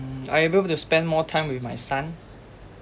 I able to spend more time with my son